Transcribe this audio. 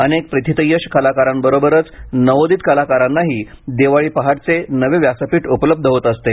अनेक प्रथितयश कलाकारांबरोबरच नवोदित कलाकारांनाही दिवाळी पहाटचे नवे व्यासपीठ उपलब्ध होत असते